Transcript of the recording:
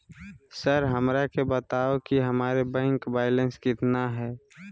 Sir हमरा के बताओ कि हमारे बैंक बैलेंस कितना है?